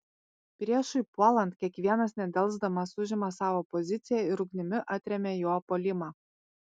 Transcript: priešui puolant kiekvienas nedelsdamas užima savo poziciją ir ugnimi atremia jo puolimą